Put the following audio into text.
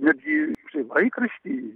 netgi prie laikraštį